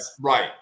Right